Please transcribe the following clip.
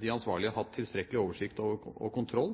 de ansvarlige har hatt tilstrekkelig oversikt og kontroll